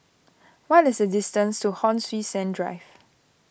what is the distance to Hon Sui Sen Drive